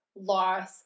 loss